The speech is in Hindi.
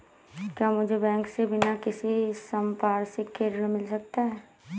क्या मुझे बैंक से बिना किसी संपार्श्विक के ऋण मिल सकता है?